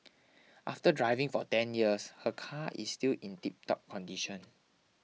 after driving for ten years her car is still in tiptop condition